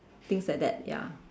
things like that ya